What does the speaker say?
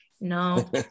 No